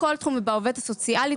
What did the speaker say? ובעובדת הסוציאלית כמובן.